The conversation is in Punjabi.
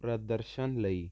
ਪ੍ਰਦਰਸ਼ਨ ਲਈ